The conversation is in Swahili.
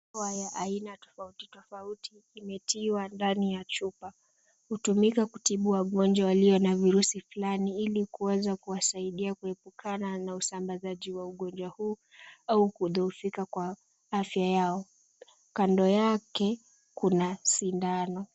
Dawa ya aina tofauti tofauti imetiwa ndani ya chupa. Hutumika kutibu wagonjwa walio na virusi fulani ili kuweza kuwasaidia kuepukana na usambazaji wa ugonjwa huu au kudhoofika kwa afya yao. Kando yake kuna sindano.